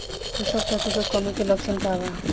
पोषक तत्व के कमी के लक्षण का वा?